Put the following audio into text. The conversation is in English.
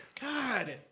God